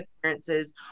appearances